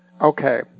Okay